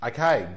Okay